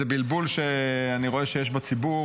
בבלבול שאני רואה שיש בציבור,